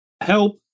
help